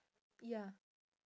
ya